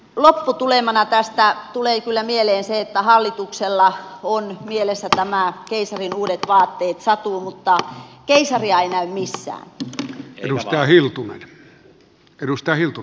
lopputulemana tästä tulee kyllä mieleen se että hallituksella on mielessä tämä keisarin uudet vaatteet satu mutta keisaria ei näy missään